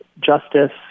Justice